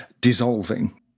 dissolving